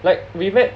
like we met